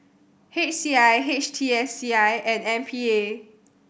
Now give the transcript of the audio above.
H C I H T S C I and M P A